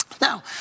Now